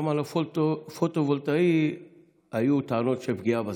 גם על הפוטו-וולטאי היו טענות של פגיעה בסביבה.